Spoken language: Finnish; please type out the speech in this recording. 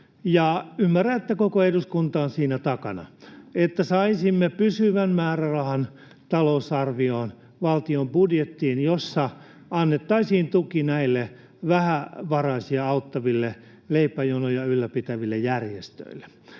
ymmärrän, että koko eduskunta on siinä takana, että saisimme pysyvän määrärahan talousarvioon, valtion budjettiin, jossa annettaisiin tuki näille vähävaraisia auttaville, leipäjonoja ylläpitäville järjestöille.